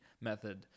method